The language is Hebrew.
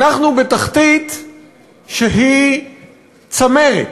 אנחנו בתחתית שהיא צמרת: